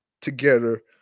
together